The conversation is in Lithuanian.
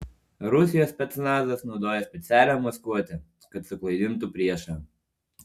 rusijos specnazas naudoja specialią maskuotę kad suklaidintų priešą